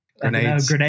grenades